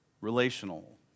relational